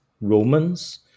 Romans